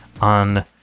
on